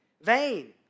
vain